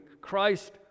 Christ